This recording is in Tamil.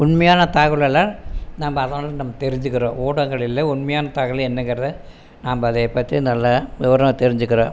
உண்மையான தகவல் எல்லாம் நம்ம அதனால நம்ம தெரிஞ்சுக்கிறோம் ஊடகங்களில உண்மையான தகவல் என்னங்கிறத நாம்ப அதை பற்றி நல்லா விவரமாக தெரிஞ்சுக்கிறோம்